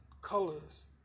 colors